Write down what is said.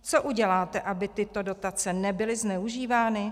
Co uděláte, aby tyto dotace nebyly zneužívány?